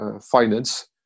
finance